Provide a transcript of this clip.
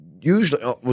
usually